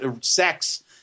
sex